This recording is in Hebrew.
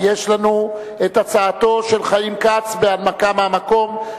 ויש לנו הצעתו של חיים כץ בהנמקה מהמקום,